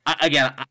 again